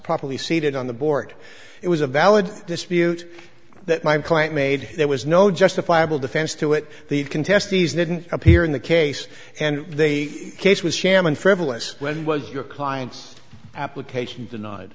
properly seated on the board it was a valid dispute that my client made there was no justifiable defense to it the contest these didn't appear in the case and the case was shamming frivolous when was your client's application denied